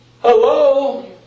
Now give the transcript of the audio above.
Hello